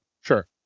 sure